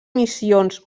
missions